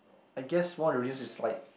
I guess one of the reasons is like